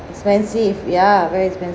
expensive ya very expensive